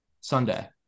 Sunday